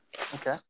Okay